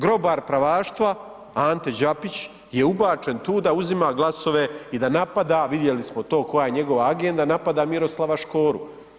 Grobar pravaštva, Ante Đapić je ubačen tu da uzima glasove i da napada, vidjeli smo to koja je njegova agenda, da napada Miroslava Škoru.